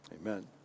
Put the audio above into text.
Amen